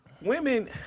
women